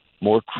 more